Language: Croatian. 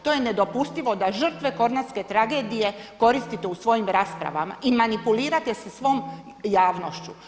To je nedopustivo da žrtve Kornatske tragedije koristite u svojim raspravama i manipulirate sa svom javnošću.